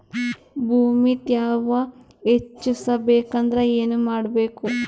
ಭೂಮಿ ತ್ಯಾವ ಹೆಚ್ಚೆಸಬೇಕಂದ್ರ ಏನು ಮಾಡ್ಬೇಕು?